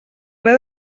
ple